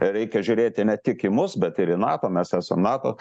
reikia žiūrėti ne tik į mus bet ir į nato mes esam nato